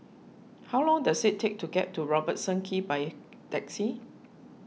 how long does it take to get to Robertson Quay by taxi